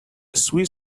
sweet